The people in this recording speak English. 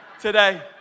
today